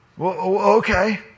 okay